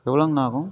எவ்வளோங்ணா ஆகும்